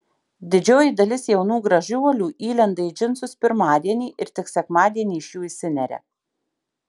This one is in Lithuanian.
didžioji dalis jaunų gražuolių įlenda į džinsus pirmadienį ir tik sekmadienį iš jų išsineria